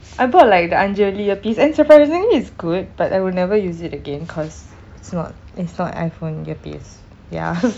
I bought like the ஐஞ்சு வெள்ளி:anchu velli earpiece and surprisingly it's good but I will never use it again cause it's not it's not iphone earpiece ya